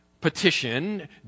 petition